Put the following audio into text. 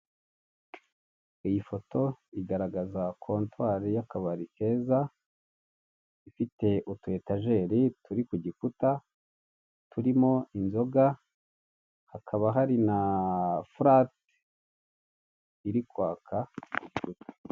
Iyi foto igaragaza kontwari y'akabari keza ifite utuetajeri turi ku gikuta turimo inzoga, hakaba hari na furati iri kwaka.